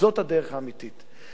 וזאת הדרך האמיתית,